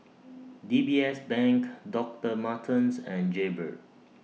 D B S Bank Doctor Martens and Jaybird